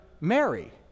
Mary